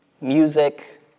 music